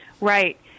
Right